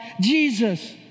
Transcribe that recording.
Jesus